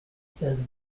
says